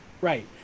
Right